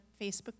Facebook